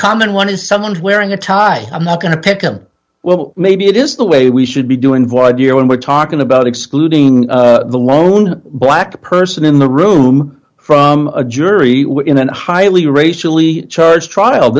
common one is someone's wearing a tie i'm not going to pick them well maybe it is the way we should be doing void year when we're talking about excluding the lone black person in the room from a jury in and highly racially charged